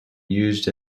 used